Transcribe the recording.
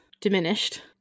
diminished